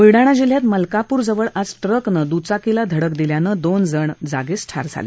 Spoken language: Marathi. ब्लडाणा जिल्ह्यात मलकापूर जवळ आज ट्रकनं दुचाकीला धडक दिल्यानं दोन जण जागीच ठार झाले